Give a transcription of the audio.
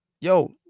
Yo